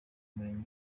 murenge